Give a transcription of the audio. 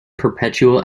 perpetual